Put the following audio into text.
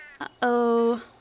Uh-oh